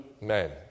men